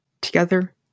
Together